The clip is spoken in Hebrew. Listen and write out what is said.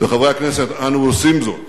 וחברי הכנסת, אנו עושים זאת.